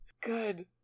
Good